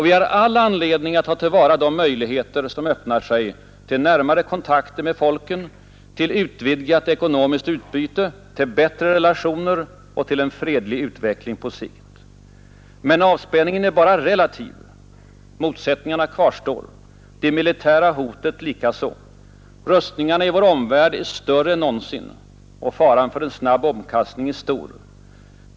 Vi har all anledning att ta till vara de möjligheter som öppnar sig till närmare kontakter med folken, till utvidgat ekonomiskt utbyte, till bättre relationer och till en fredlig utveckling på sikt. Men avspänningen är bara relativ. Motsättningarna kvarstår, det militära hotet likaså. Rustningarna i vår omvärld är större än någonsin. Faran för en snabb omkastning är stor.